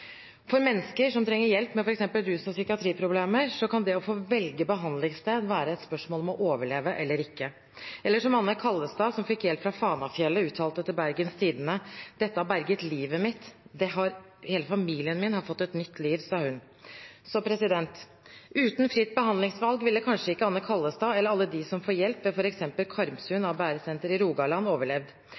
For mennesker som trenger hjelp med f.eks. rus- og psykiatriproblemer, kan det å få velge behandlingssted være et spørsmål om å overleve eller ikke – eller som Anne Wahl Kaldestad, som fikk hjelp fra Fanafjellet, uttalte til Bergens Tidende: «Denne klinikken berget livet mitt. Hele familien min har fått et nytt liv.» Uten fritt behandlingsvalg ville kanskje ikke Anne Wahl Kaldestad eller alle de som får hjelp ved f.eks. Karmsund ABR-senter i Rogaland, overlevd.